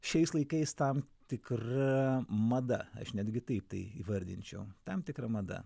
šiais laikais tam tikra mada aš netgi taip tai įvardinčiau tam tikra mada